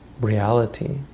reality